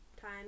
time